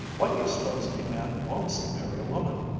why do you suppose a man wants to marry a woman?